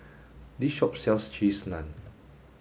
this shop sells cheese naan